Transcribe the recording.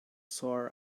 sore